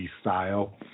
style